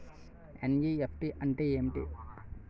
NEFT అంటే ఏమిటి?